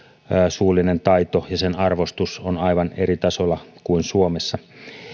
suullinen taito ja sen arvostus on aivan eri tasolla kuin suomessa